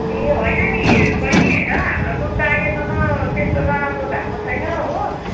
ए होइन नि बैनी र हाम्रो दुध त अहिलेसम्म त्यस्तो नराम्रो भएको छैन हो